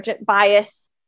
bias